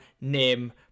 Nim